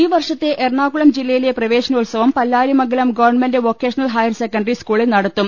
ഈ വർഷത്തെ എറണാകുളം ജില്ലയിലെ പ്രവേശനോ ത്സവം Pallarimangalam government vocational higher secondary സ്കൂളിൽ നടത്തും